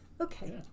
Okay